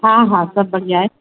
हा हा सभु बढ़िया आहे